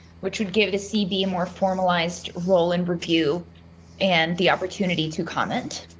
which would give a cb more formalized role and review and the opportunity to comment.